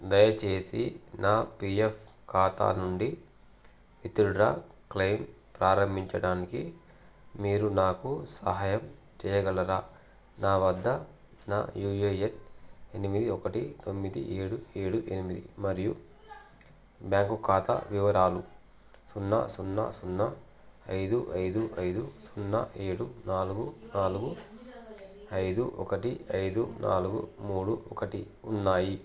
దయచేసి నా పీఎఫ్ ఖాతా నుండి విత్డ్రా క్లయిమ్ ప్రారంభించడానికి మీరు నాకు సహాయం చేయగలరా నా వద్ద నా యూఏఎన్ ఎనిమిది ఒకటి తొమ్మిది ఏడు ఏడు ఎనిమిది మరియు బ్యాంకు ఖాతా వివరాలు సున్నా సున్నా సున్నా ఐదు ఐదు ఐదు సున్నా ఏడు నాలుగు నాలుగు ఐదు ఒకటి ఐదు నాలుగు మూడు ఒకటి ఉన్నాయి